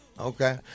Okay